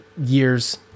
years